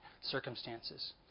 circumstances